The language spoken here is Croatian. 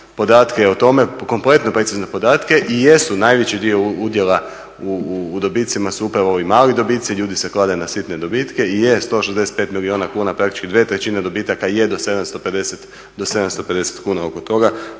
podatke o tome, kompletno precizne podatke. I jesu najveći dio udjela u dobicima su upravo ovi mali dobici, ljudi se klade na sitne dobitke i je 165 milijuna kuna praktički 2/3 dobitaka je do 750 kuna. Tako da